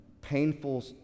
painful